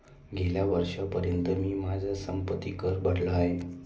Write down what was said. गेल्या वर्षीपर्यंत मी माझा संपत्ति कर भरला आहे